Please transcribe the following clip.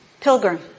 Pilgrim